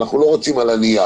אנחנו לא רוצים על הנייר.